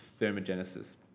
thermogenesis